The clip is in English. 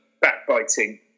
backbiting